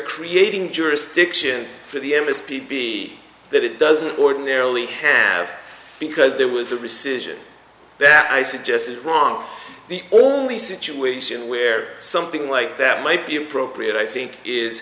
creating jurisdiction for the emmis p p that it doesn't ordinarily have because there was a rescission that i suggest is wrong the only situation where something like that might be appropriate i think is